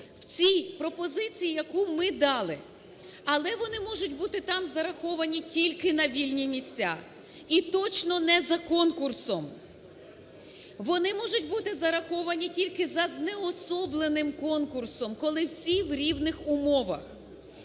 в цій пропозиції, яку ми дали, але вони можуть бути там зараховані тільки на вільні місця і точно не за конкурсом. Вони можуть бути зараховані тільки за знеособленим конкурсом, коли всі в рівних умовах.